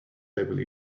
table